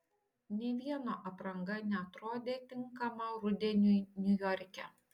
nė vieno apranga neatrodė tinkama rudeniui niujorke